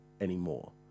anymore